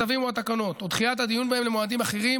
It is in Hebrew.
הצווים או התקנות ודחיית הדיון בהם למועדים אחרים